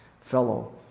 fellow